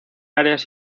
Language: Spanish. áreas